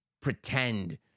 pretend